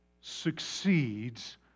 succeeds